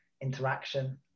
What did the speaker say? interaction